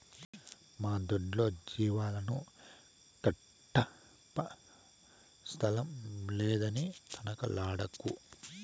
మా దొడ్లో జీవాలను కట్టప్పా స్థలం లేదని తనకలాడమాకు